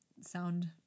sound